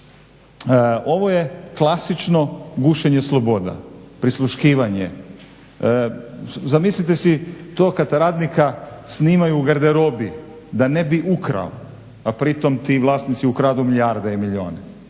ovo je klasično gušenje sloboda, prisluškivanje. Zamislite si to kad radnika snimaju u garderobi da ne bi ukrao, a pritom ti vlasnici ukradu milijarde i milijune.